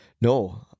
no